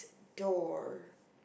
door